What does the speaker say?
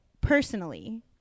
personally